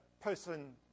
person